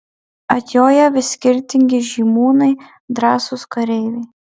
atjoja vis skirtingi žymūnai drąsūs kareiviai